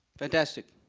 fantastic.